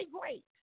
great